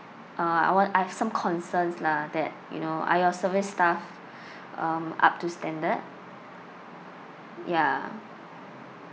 uh I wa~ I've some concerns lah that you know are your service staff um up to standard ya